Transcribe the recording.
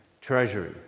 treasury